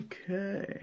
Okay